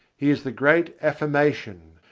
he is the great affirmation,